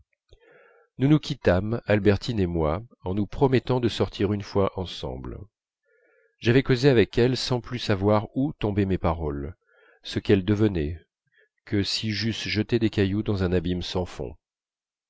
nous nous quittâmes albertine et moi en nous promettant de sortir une fois ensemble j'avais causé avec elle sans plus savoir où tombaient mes paroles ce qu'elles devenaient que si j'eusse jeté des cailloux dans un abîme sans fond